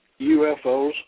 UFOs